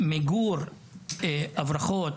מיגור הברחות,